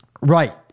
right